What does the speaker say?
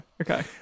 okay